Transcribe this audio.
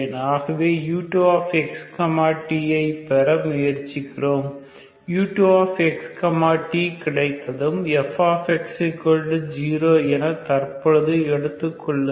ஆகவே u2x t ஐ பெற முயற்சிக்கிறோம் u2x t கிடைத்ததும் fx0 என தற்பொழுது எடுத்துக்கொள்ளுங்கள்